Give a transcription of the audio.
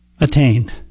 attained